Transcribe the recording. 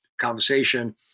conversation